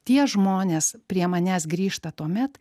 tie žmonės prie manęs grįžta tuomet